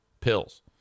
pills